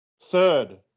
Third